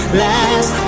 last